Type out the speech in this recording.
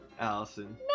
Allison